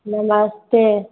नमस्ते